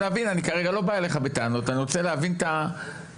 כרגע לא בא אליך בטענות; אני רוצה להבין את המציאות,